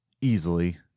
easily